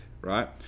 right